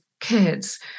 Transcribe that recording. kids